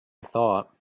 thought